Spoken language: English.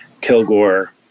Kilgore